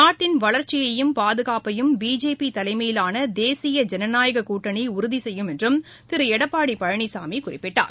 நாட்டன் வளர்ச்சியையும் பாதுகாப்பையும் பிஜேபிதலைமையிலானதேசிய ஜனநாயககூட்டணிஉறுதிசெய்யும் என்றும் திருளடப்பாடிபழனிசாமிகுறிப்பிட்டார்